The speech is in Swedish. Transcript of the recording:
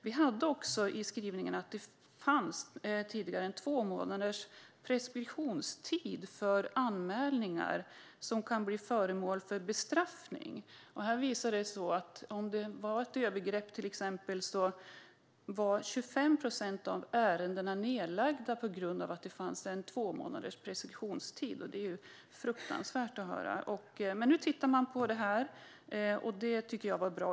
Vi hade också en skrivning om att det tidigare fanns en preskriptionstid på två månader för anmälningar som kan leda till bestraffning. Här visade det sig att när det till exempel gällde ett övergrepp var 25 procent av ärendena nedlagda på grund av att det fanns en tvåmånaders preskriptionstid. Det är ju fruktansvärt att höra. Men nu tittar man på det här, och det tycker jag är bra.